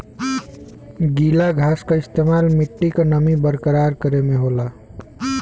गीला घास क इस्तेमाल मट्टी क नमी बरकरार करे में होला